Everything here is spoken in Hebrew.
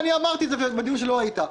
אמרתי בדיון שבו לא השתתפת: